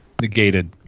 negated